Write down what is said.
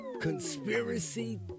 conspiracy